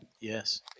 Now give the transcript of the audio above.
Yes